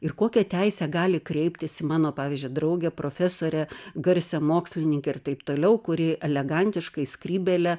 ir kokią teisę gali kreiptis į mano pavyzdžiui draugę profesorę garsią mokslininkę ir taip toliau kuri elegantiškai skrybėlę